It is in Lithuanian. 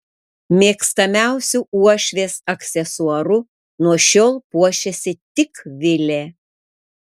mėgstamiausiu uošvės aksesuaru nuo šiol puošiasi tik vilė